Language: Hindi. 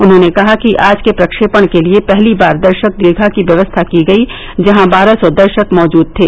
उन्होंने कहा कि आज के प्रक्षेपण के लिए पहली बार दर्शक दीर्घा की व्यवस्था की गई जहां बारह सौ दर्शक मौजूद थे